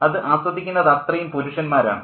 അത് ആസ്വദിക്കുന്നതത്രയും പുരുഷന്മാരാണ്